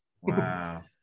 Wow